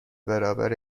برابر